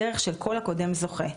בדרך של כל הקודם זוכה,